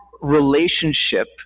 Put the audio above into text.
relationship